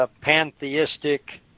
pantheistic